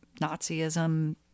Nazism